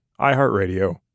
iHeartRadio